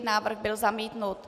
Návrh byl zamítnut.